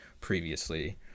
previously